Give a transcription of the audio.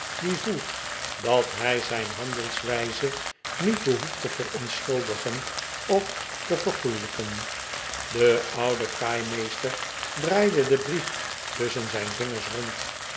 die voelt dat hij zijn handel wijze niet behoeft te verontschuldigen of te vergoelijken de oude kaaimeester draaide den brief tusschen zijn vingers rond